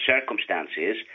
circumstances